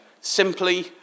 simply